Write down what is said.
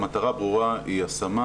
המטרה ברורה היא השמה